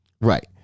Right